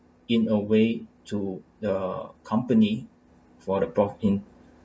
in a way to the company for the both team